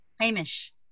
Hamish